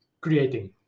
creating